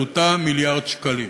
עלותה מיליארד שקלים.